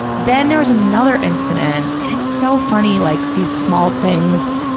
then there was another incident, and it's so funny, like these small things,